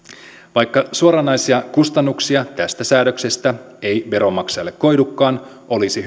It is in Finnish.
vaikka suoranaisia kustannuksia tästä säädöksestä ei veronmaksajalle koidukaan olisi